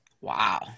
Wow